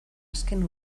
azken